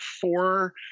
four